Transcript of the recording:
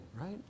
right